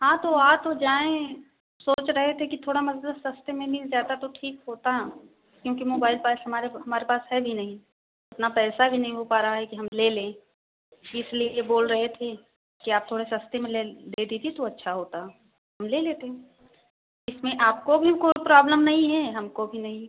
हाँ तो आ तो जाएँ सोच रहे थे कि थोड़ा मतलब सस्ते में मिल जाता तो ठीक होता क्योंकि मोबइल पास हमारे हमारे पास है भी नही इतना पैसा भी नही हो पा रहा है कि हम ले लें इसलिए ये बोल रहे थे कि आप थोड़े सस्ते में दे दीजिए तो अच्छा होता हम ले लेते इसमें आपको भी कोई प्रॉब्लम नहीं है हमको भी नही